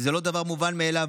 שזה לא דבר מובן מאליו,